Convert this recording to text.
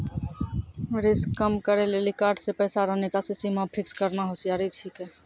risk कम करै लेली कार्ड से पैसा रो निकासी सीमा फिक्स करना होसियारि छिकै